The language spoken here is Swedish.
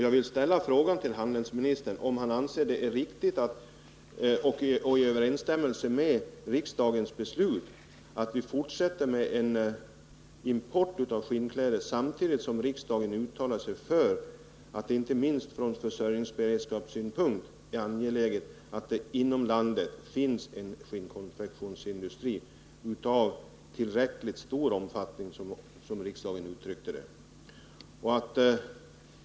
Jag vill ställa frågan till handelsministern om han anser att det är riktigt och i överensstämmelse med riksdagens beslut att vi fortsätter med import av skinnkläder samtidigt som riksdagen uttalar sig för att det inte minst från försörjningsberedskapssynpunkt är angeläget att det inom landet finns en konfektionsindustri av tillräckligt stor omfattning, som riksdagen uttryckte det.